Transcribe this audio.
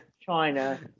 China